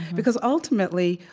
because, ultimately,